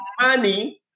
money